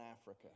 Africa